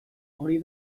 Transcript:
hori